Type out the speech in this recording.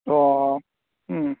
ꯑꯣ ꯎꯝ